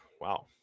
Wow